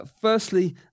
Firstly